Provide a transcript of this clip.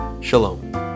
Shalom